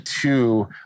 two